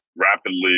rapidly